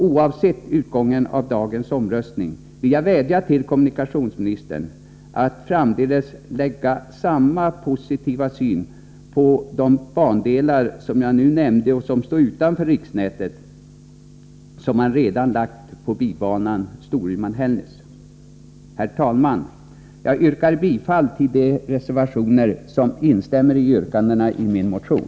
Oavsett utgången av dagens omröstning vill jag vädja till kommunikationsministern att framdeles anlägga samma positiva syn på de bandelar i norr som jag nu nämnt, och som står utanför riksnätet, som han redan anlagt på bibanan Storuman-Hällnäs. Herr talman! Jag yrkar bifall till de reservationer som instämmer i yrkandena i min motion.